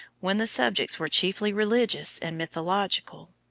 when the subjects were chiefly religious and mythological.